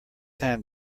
time